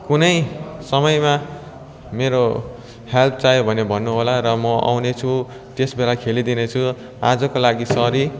कुनै समयमा मेरो हेल्प चाहियो भने भन्नुहोला र म आउनेछु र त्यसबेला खेलिदिनेछु आजको लागि सरी